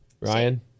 Ryan